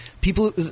people